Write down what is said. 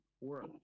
work